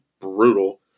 brutal